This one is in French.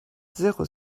zéro